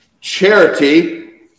charity